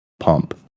pump